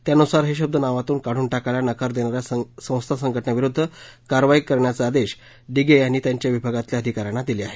त्यानुसार हे शब्द नावातून काढून टाकायला नकार देणाऱ्या संस्था संघटनांविरुद्ध कारवाई करण्याचे आदेश डिगे यांनी त्यांच्या विभागातल्या अधिकाऱ्यांना दिले आहेत